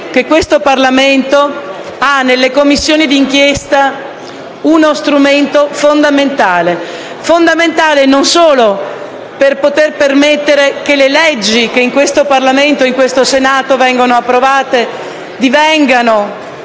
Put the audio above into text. che questo Parlamento ha nelle Commissioni d'inchiesta uno strumento fondamentale, non solo per permettere che le leggi che in questo Parlamento, in questo Senato, vengono approvate, divengano